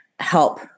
help